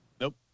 Nope